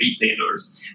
retailers